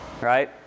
Right